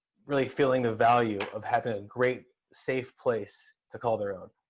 really feeling the value of having a great, safe place to call their own.